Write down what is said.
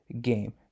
game